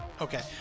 Okay